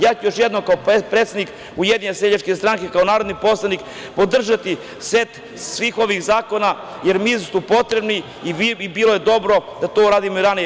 Ja ću još jednom kao predsednik Ujedinjene seljačke stranke, kao narodni poslanik podržati set svih ovih zakona, jer mislim da su potrebni i bilo bi dobro da to uradimo i ranije.